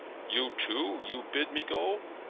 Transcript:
you, too you bid me go?